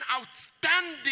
outstanding